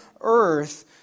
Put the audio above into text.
earth